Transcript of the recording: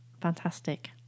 Fantastic